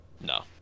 No